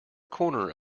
corner